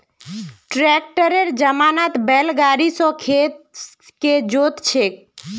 ट्रैक्टरेर जमानात बैल गाड़ी स खेत के जोत छेक